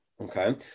Okay